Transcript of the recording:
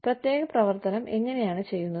പ്രത്യേക പ്രവർത്തനം എങ്ങനെയാണ് ചെയ്യുന്നത്